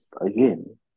again